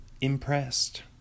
Impressed